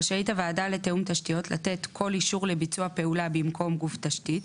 רשאית הוועדה לתיאום תשתיות לתת כל אישור לביצוע פעולה במקום גוף תשתית,